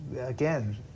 again